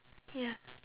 ya